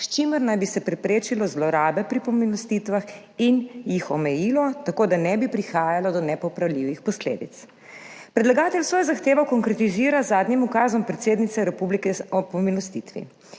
s čimer naj bi se preprečilo zlorabe pri pomilostitvah in jih omejilo tako, da ne bi prihajalo do nepopravljivih posledic. Predlagatelj svojo zahtevo konkretizira z zadnjim ukazom predsednice republike o pomilostitvi.